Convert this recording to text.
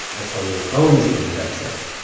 that's how we were going to end this episode.